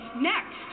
next